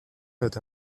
not